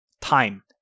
Time